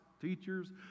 teachers